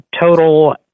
total